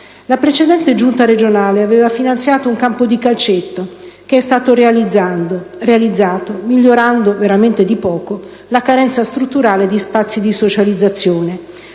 La precedente Giunta regionale aveva finanziato un campo di calcetto, che è stato realizzato migliorando davvero di poco la carenza strutturale di spazi di socializzazione.